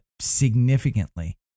significantly